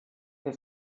der